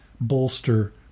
bolster